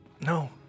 No